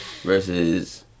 versus